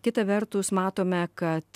kita vertus matome kad